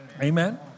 Amen